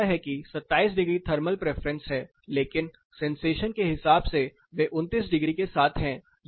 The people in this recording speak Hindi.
जो कहता है कि 27 डिग्री थर्मल प्रेफरेंस है लेकिन सेंसेशन के हिसाब से वे 29 डिग्री के साथ हैं